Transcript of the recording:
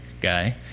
guy